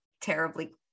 terribly